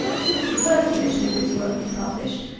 since the first edition of this work was published,